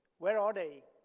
where are they?